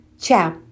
Ciao